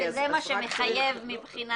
מה שמחייב.